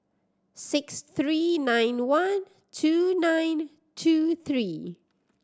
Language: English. six three nine one two nine two three